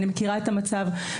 אני מכירה את המצב.